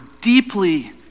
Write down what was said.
deeply